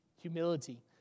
Humility